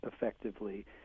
effectively